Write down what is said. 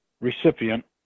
recipient